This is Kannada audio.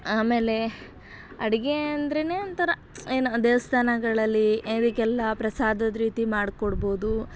ಆಮೇಲೆ ಅಡುಗೆ ಅಂದರೇನೆ ಒಂಥರ ಏನೋ ದೇವಸ್ಥಾನಗಳಲ್ಲಿ ಇದಕ್ಕೆಲ್ಲ ಪ್ರಸಾದದ ರೀತಿ ಮಾಡ್ಕೊಡ್ಬೋದು